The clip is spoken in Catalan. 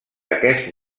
aquest